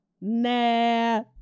nah